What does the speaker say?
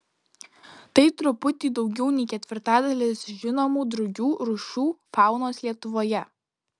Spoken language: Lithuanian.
tai truputį daugiau nei ketvirtadalis žinomų drugių rūšių faunos lietuvoje